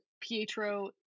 Pietro